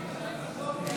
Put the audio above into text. נתקבל.